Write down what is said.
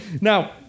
Now